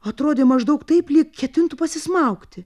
atrodė maždaug taip lyg ketintų pasismaugti